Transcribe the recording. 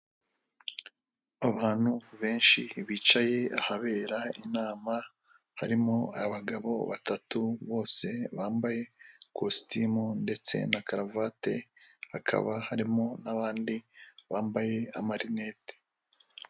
Abantu benshi bicaye ahabera inama, harimo abagabo batatu bose bambaye kositimu ndetse na karuvate, hakaba harimo n'abandi bambaye amarineti.